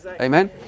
Amen